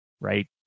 right